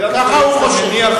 הוא חושב